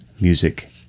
Music